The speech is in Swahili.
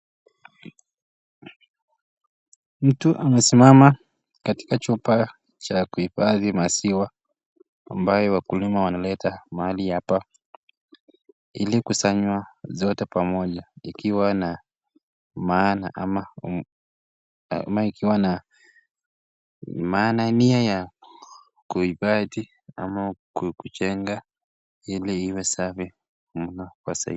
Mtu amesimama katika chopa cha kuhifadhi masiwa ambayo wakulima wanaleta mali hapa ili kusanywa zote pamoja ikiwa na maana ama ikiwa na maana nia ya kuhifadhi ama kujenga ili iwe safi mno kwa sababu